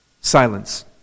Silence